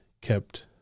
kept